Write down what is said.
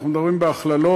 אנחנו מדברים בהכללות,